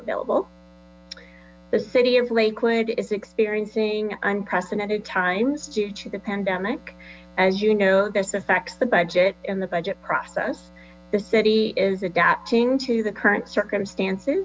available the city of lakewood is experiencing unprecedented times due to the pandemic as you know this affects the budget and the budget process the city is adapting to the current circumstances